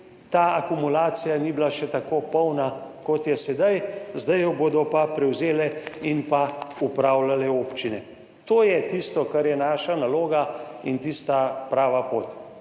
ta akumulacija ni bila še tako polna kot je sedaj, zdaj jo bodo pa prevzele in pa upravljale občine. To je tisto, kar je naša naloga in tista prava pot.